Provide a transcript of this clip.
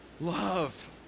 Love